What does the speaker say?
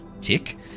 tick